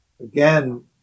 again